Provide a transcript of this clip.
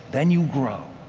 then you grow,